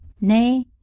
Nay